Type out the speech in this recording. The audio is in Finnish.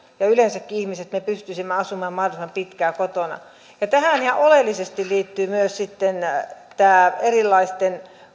ja yleensäkin me ihmiset pystyisimme asumaan mahdollisimman pitkään kotona ja tähän ihan oleellisesti liittyy myös sitten näiden erilaisten